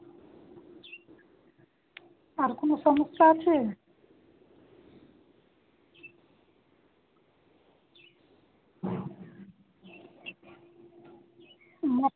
আর কোনো সমস্যা আছে ম